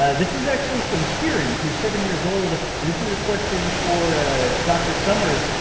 ah this is actually from kieran, who's seven years old. and this is a question for dr. summers.